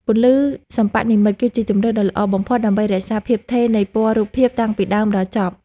ពន្លឺសិប្បនិម្មិតគឺជាជម្រើសដ៏ល្អបំផុតដើម្បីរក្សាភាពថេរនៃពណ៌រូបភាពតាំងពីដើមដល់ចប់។